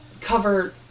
cover